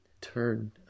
turn